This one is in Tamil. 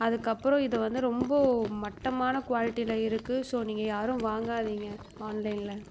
அதுக்கப்புறம் இதை வந்து ரொம்ப மட்டமான குவாலிட்டியில் இருக்குது ஸோ நீங்கள் யாரும் வாங்காதீங்க ஆன்லைனில்